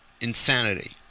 insanity